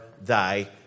thy